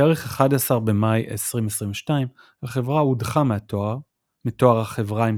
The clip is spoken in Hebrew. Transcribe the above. בתאריך 11 במאי 2022 החברה הודחה מהתואר החברה עם